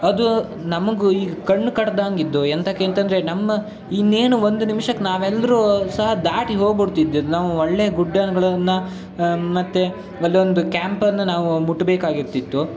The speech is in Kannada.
ಅದು ನಮಗೆ ಈಗ ಕಣ್ಣು ಕಟ್ದಾಂಗಿದೆ ಎಂತಕ್ಕೆ ಅಂತಂದರೆ ನಮ್ಮ ಇನ್ನೇನು ಒಂದು ನಿಮ್ಷಕ್ಕೆ ನಾವೆಲ್ಲರೂ ಸಹ ದಾಟಿ ಹೋಗ್ಬುಡ್ತಿದ್ದಿದ್ದು ನಾವು ಒಳ್ಳೆಯ ಗುಡ್ಡಗಳನ್ನ ಮತ್ತೆ ಅಲ್ಲೊಂದು ಕ್ಯಾಂಪನ್ನು ನಾವು ಮುಟ್ಟಬೇಕಾಗಿರ್ತಿತ್ತು